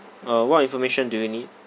uh what information do you need